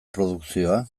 produkzioa